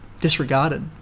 disregarded